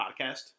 podcast